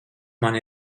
man